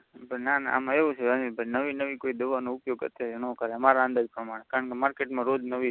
ના ના આમાં એવું છે અનિલભાઈ નવી નવી કોઈ દવાનો ઉપયોગ અત્યારે ન કરાય મારા અંદાજ પ્રમાણે કારણ કે માર્કેટમાં રોજ નવી